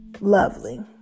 lovely